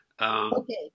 Okay